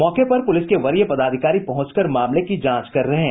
मौके पर पुलिस के वरीय पदाधिकारी पहुंच कर मामले की जांच कर रहे हैं